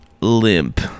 Limp